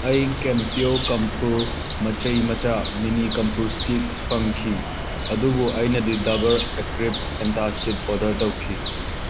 ꯑꯩ ꯀꯦꯝꯄ꯭ꯌꯣꯔ ꯀꯝꯐꯣꯔ ꯃꯆꯩ ꯃꯆꯥ ꯃꯤꯅꯤ ꯀꯝꯐꯣꯔ ꯏꯁꯇꯤꯛ ꯐꯪꯈꯤ ꯑꯗꯨꯕꯨ ꯑꯩꯅꯗꯤ ꯗꯥꯕꯔ ꯑꯦꯀ꯭ꯔꯤꯕ ꯑꯦꯟꯇꯥꯁꯤꯗ ꯑꯣꯔꯗꯔ ꯇꯧꯈꯤ